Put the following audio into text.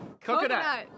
Coconut